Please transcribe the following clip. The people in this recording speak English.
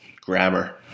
grammar